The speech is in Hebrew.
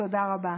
תודה רבה.